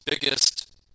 biggest